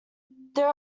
there